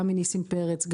גם מניסים פרץ,